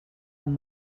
amb